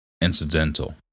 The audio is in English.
incidental